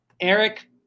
eric